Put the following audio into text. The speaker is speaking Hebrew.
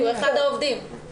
אחד העובדים.